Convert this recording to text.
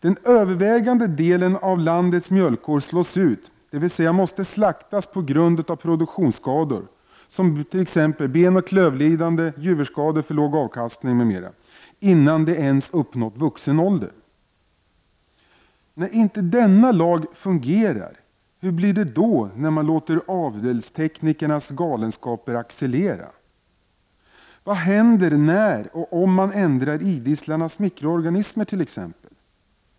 Den övervägande delen av landets mjölkkor slås ut, dvs. de måste slaktas innan de ens uppnått vuxen ålder på grund produktionsskador — t.ex. benoch klövlidande, juverskador, för låg avkastning m.m. När inte'denna lag fungerar, hur blir det då när man låter avelsteknikernas galenskaper accelerera? Vad händer när och om man t.ex. ändrar idisslarnas mikroorganismer?